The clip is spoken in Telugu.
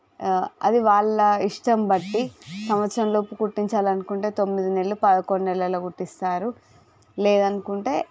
అది వాళ్ళ ఇష్టం బట్టి సంవత్సరంలోపు కుట్టించాలి అనుకుంటే తొమ్మిది నెలలు పదకొండు నెలలో కుట్టిస్తారు లేదనుకుంటే